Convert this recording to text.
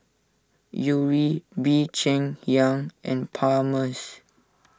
Yuri Bee Cheng Hiang and Palmer's